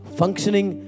functioning